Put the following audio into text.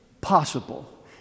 possible